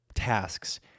tasks